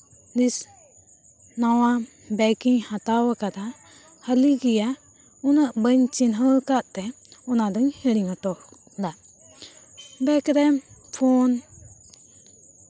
ᱱᱮᱥ ᱱᱟᱣᱟ ᱵᱮᱠ ᱤᱧ ᱦᱟᱛᱟᱣ ᱠᱟᱫᱟ ᱦᱟᱹᱞᱤ ᱜᱮᱭᱟ ᱩᱱᱟᱹᱜ ᱵᱟᱹᱧ ᱪᱤᱱᱦᱟᱹᱣ ᱠᱟᱜ ᱛᱮ ᱚᱱᱟ ᱫᱩᱧ ᱦᱤᱲᱤᱧ ᱦᱚᱴᱚ ᱠᱟᱫᱟ ᱵᱮᱠ ᱨᱮ ᱯᱷᱳᱱ